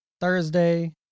Thursday